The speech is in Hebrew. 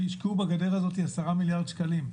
אם השקיעו בגדר הזאת 10 מיליארד שקלים,